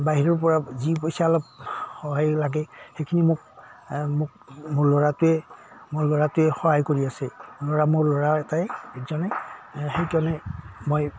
বাহিৰৰ পৰা যি পইচা অলপ সহায় লাগে সেইখিনি মোক মোক মোৰ ল'ৰাটোৱে মোৰ ল'ৰাটোৱে সহায় কৰি আছে ল'ৰা মোৰ ল'ৰা এটাই একজনে সেইজনে মই